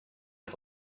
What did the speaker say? had